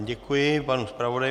Děkuji panu zpravodaji.